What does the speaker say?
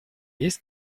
есть